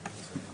הרפואי.